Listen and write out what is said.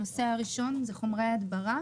הנושא הראשון זה חומרי הדברה